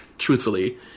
truthfully